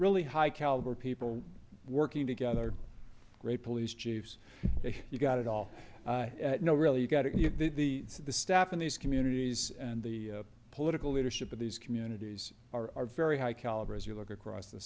really high caliber people working together great police chiefs you got it all you know really you got to the staff in these communities and the political leadership of these communities are very high caliber as you look across the